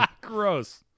Gross